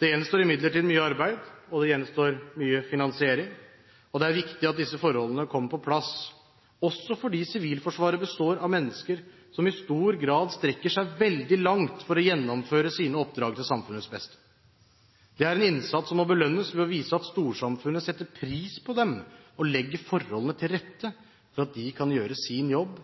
Det gjenstår imidlertid mye arbeid, og det gjenstår mye finansiering. Det er viktig at disse forholdene kommer på plass, også fordi Sivilforsvaret består av mennesker som i stor grad strekker seg veldig langt for å gjennomføre sine oppdrag til samfunnets beste. Det er en innsats som må belønnes, ved å vise at storsamfunnet setter pris på dem og legger forholdene til rette for at Sivilforsvaret kan gjøre sin jobb